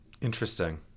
interesting